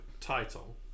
title